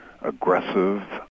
aggressive